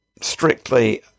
strictly